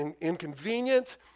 inconvenient